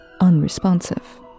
unresponsive